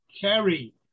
carry